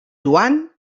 joan